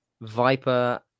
Viper